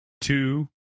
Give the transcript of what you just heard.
two